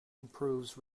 improves